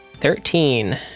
Thirteen